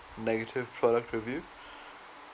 negative product review